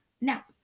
Now